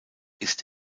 ist